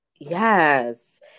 Yes